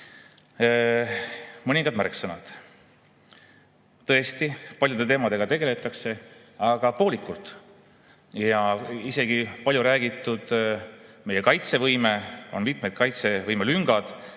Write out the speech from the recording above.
Mõningad märksõnad. Tõesti, paljude teemadega tegeldakse, aga poolikult. Isegi paljuräägitud meie kaitsevõime – on mitmed kaitsevõime lüngad,